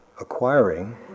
acquiring